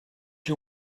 you